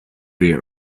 weer